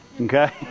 Okay